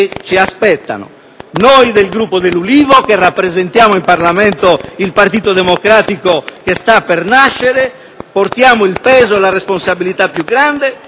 ci aspettano. Noi del Gruppo dell'Ulivo, che rappresentiamo in Parlamento il partito democratico che sta per nascere, portiamo il peso e la responsabilità più grande,